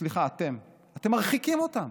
סליחה, אתם, אתם מרחיקים אותם.